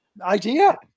idea